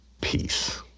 peace